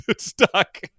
stuck